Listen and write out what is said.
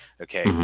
Okay